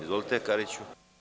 Izvolite, Kariću.